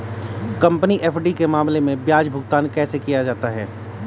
Company FD के मामले में ब्याज भुगतान कैसे किया जाता है?